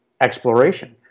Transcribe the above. exploration